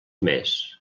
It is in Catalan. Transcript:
més